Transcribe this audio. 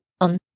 On